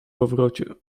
powrocie